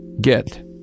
get